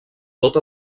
tot